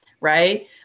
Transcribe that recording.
Right